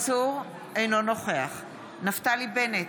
אינו נוכח נפתלי בנט,